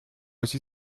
aussi